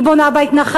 היא בונה בהתנחלויות,